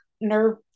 nerve